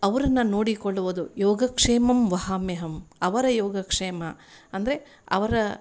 ಅವ್ರನ್ನು ನೋಡಿಕೊಳ್ಳುವುದು ಯೋಗಕ್ಷೇಮಮ್ ವಹಾಮ್ಯಹಂ ಅವರ ಯೋಗ ಕ್ಷೇಮ ಅಂದರೆ ಅವರ